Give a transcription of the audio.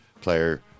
player